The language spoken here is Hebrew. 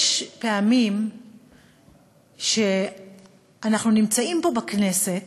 יש פעמים שאנחנו נמצאים פה בכנסת